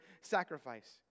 sacrifice